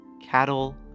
cattle